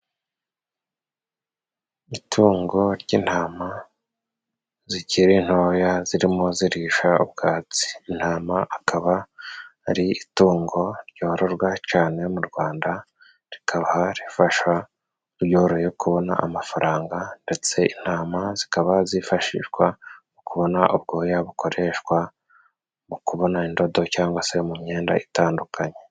Itungo ry'intama zikiri ntoya zirimo zirisha ubwatsi. Intama akaba ari itungo ryororwa cane mu Rwanda rikaba rifasha uyoroye kubona amafaranga, ndetse intama zikaba zifashishwa, mu kubona ubwoya bukoreshwa mu kubona indodo cyangwa se mu myenda itandukanye.